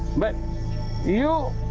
but you